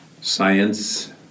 Science